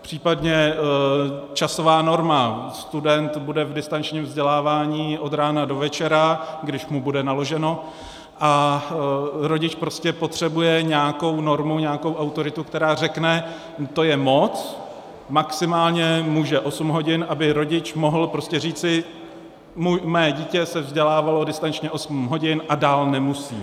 Případně časová norma, student bude v distančním vzdělávání od rána do večera, když mu bude naloženo, a rodič prostě potřebuje nějakou normu, nějakou autoritu, která řekne: to je moc, maximálně může osm hodin, aby rodič mohl prostě říci: mé dítě se distančně vzdělávalo osm hodin a dál nemusí.